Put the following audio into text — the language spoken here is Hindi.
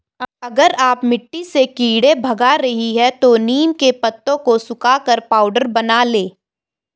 अगर आप मिट्टी से कीड़े भगा रही हैं तो नीम के पत्तों को सुखाकर पाउडर बना लें